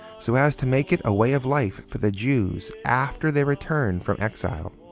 so as to make it a way of life for the jews after their return from exile.